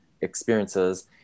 experiences